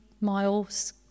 miles